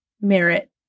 merit